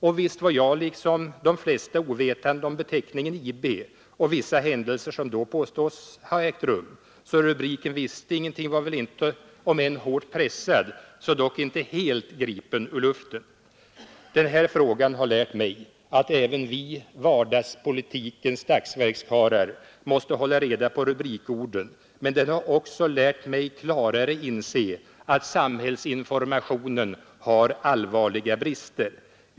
Och visst var jag liksom de flesta ovetande om beteckningen IB och vissa händelser som då påstods ha ägt rum, så rubriken ”visste ingenting” var väl, om än hårt pressad, dock inte helt gripen ur luften. Den här frågan har lärt mig att även vi vardagspolitikens dagsverkskarlar måste hålla reda på rubrikorden, men den har också lärt mig klarare inse att samhällsinformationen har allvarliga brister.